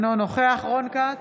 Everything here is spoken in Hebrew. אינו נוכח רון כץ,